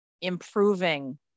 improving